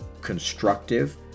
constructive